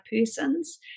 persons